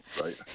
right